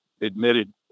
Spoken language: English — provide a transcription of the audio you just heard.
Admitted